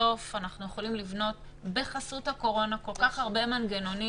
בסוף אנחנו יכולים לבנות בחסות הקורונה כל כך הרבה מנגנונים,